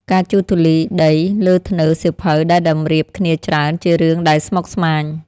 ការជូតធូលីដីលើធ្នើរសៀវភៅដែលតម្រៀបគ្នាច្រើន ជារឿងដែលស្មុគស្មាញ។